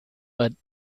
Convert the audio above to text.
but